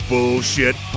Bullshit